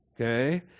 Okay